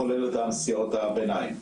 כולל נסיעות הביניים.